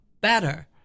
better